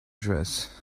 dress